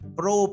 pro